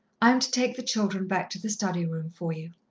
i am to take the children back to the study-room for you.